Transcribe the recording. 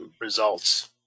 results